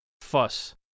fuss